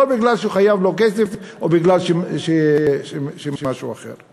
לא בגלל שהוא חייב לו כסף או בגלל משהו אחר.